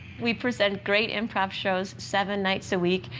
we present great improv shows seven nights a week,